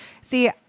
See